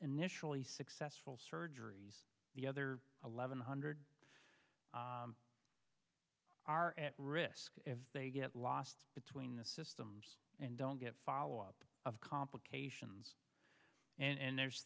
initially successful surgeries the other eleven hundred are at risk if they get lost between the systems and don't get follow up of complications and there's